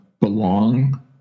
belong